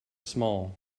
small